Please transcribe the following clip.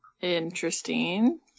Interesting